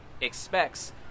expects